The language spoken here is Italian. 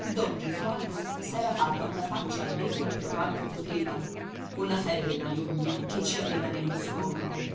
don gesualdo s'era fatta una faccia allegra per quanto poteva colla febbre maligna che ci aveva nello stomaco